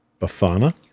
Bafana